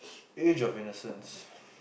age of innocence